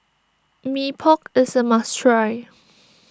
Mee Pok is a must try